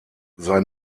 sein